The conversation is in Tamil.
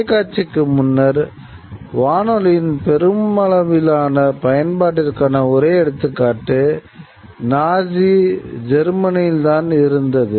தொலைக்காட்சிக்கு முன்னர் வானொலியின் பெருமளவிலான பயன்பாட்டிற்கான ஒரே எடுத்துக்காட்டு நாஜி ஜெர்மனியில் தான் இருந்தது